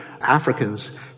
Africans